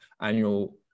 annual